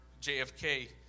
JFK